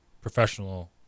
professional